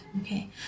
Okay